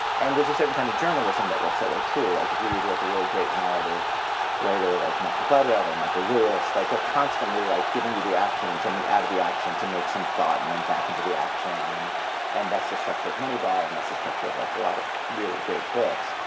and there's a certain kind of journalism that works that way, like if you read a like really great narrative writer like malcom gladwell or michael lewis, like they're constantly like giving you the action and jumping out of the action to make some thought and then back into the action. and and that's the structure of moneyball, and that's the structure of like a lot of really great books.